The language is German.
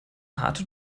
harte